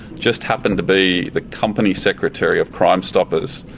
just happened to be the company secretary of crime stoppers,